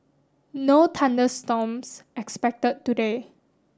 no thunder storms expected today